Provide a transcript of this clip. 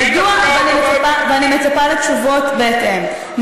ואני מצפה לתשובות בהתאם.